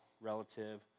relative